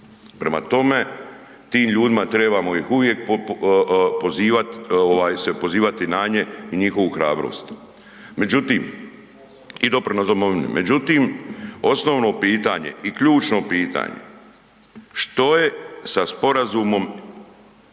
Prema tome, tim ljudima, trebamo ih uvijek pozivati, se pozivati na nje i njihovu hrabrost. Međutim, i doprinos domovini, i ključno pitanje, što je sa sporazumom